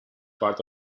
part